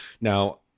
now